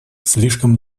слишком